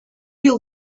you